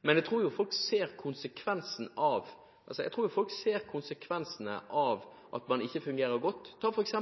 Men jeg tror folk ser konsekvensene av at en FN-organisasjon ikke fungerer godt – ta f.eks.